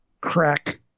Crack